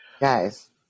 Guys